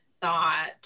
thought